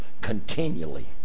continually